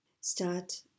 Start